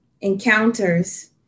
encounters